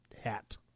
hat